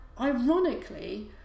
ironically